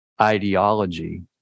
ideology